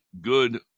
good